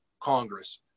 Congress